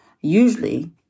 usually